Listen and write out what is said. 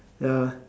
ya